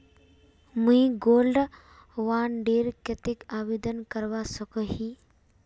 मुई gold bond डेर केते आवेदन करवा सकोहो ही?